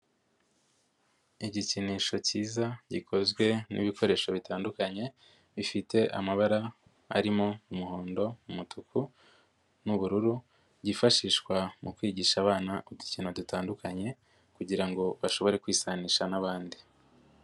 Igikinisho kiza gikozwe n'ibikoresho bitandukanye bifite amabara arimo: umuhondo, umutuku n'ubururu, byifashishwa mu kwigisha abana udukino dutandukanye kugira ngo bashobore kwisanisha n'abandi.